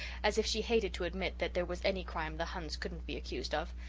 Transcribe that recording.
as if she hated to admit that there was any crime the huns couldn't be accused of.